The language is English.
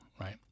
right